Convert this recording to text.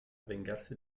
vengarse